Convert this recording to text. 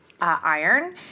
iron